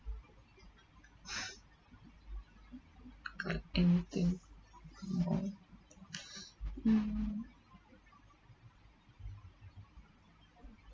anything involved mm